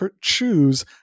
choose